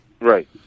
Right